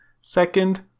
Second